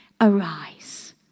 arise